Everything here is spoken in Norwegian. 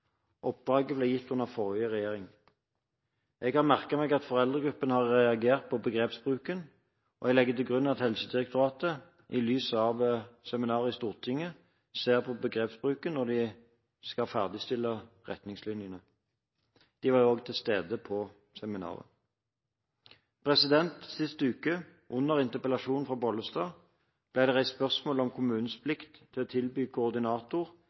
Oppdraget ble gitt under den forrige regjeringen. Jeg har merket meg at foreldregruppen har reagert på begrepsbruken, og jeg legger til grunn at Helsedirektoratet, i lys av seminaret i Stortinget, ser på begrepsbruken når de skal ferdigstille retningslinjene. De var også til stede på seminaret. Under interpellasjonen fra Bollestad sist uke ble det reist spørsmål om kommunens plikt til å tilby koordinator